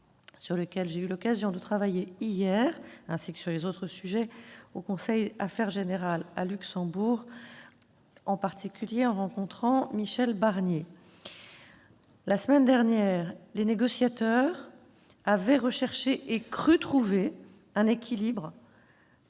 sur lequel j'ai eu l'occasion de travailler hier, ainsi que sur d'autres dossiers, au conseil Affaires générales, à Luxembourg, en particulier en rencontrant Michel Barnier. La semaine dernière, les négociateurs avaient recherché et cru trouver un équilibre